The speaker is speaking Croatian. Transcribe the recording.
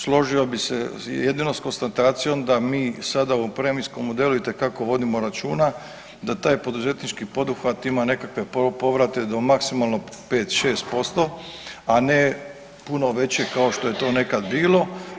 Složio bih se jedino s konstatacijom da mi sada u premijskom modelu itekako vodimo računa da taj poduzetnički poduhvat ima nekakve povrate do maksimalno 5, 6%, a ne puno veće kao što je to nekad bilo.